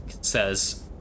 says